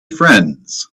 friends